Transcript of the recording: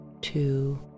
two